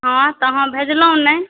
हॅं तऽ अहाँ भेजलहुँ नहि